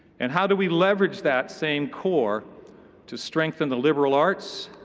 and how do we leverage that same core to strengthen the liberal arts,